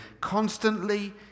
constantly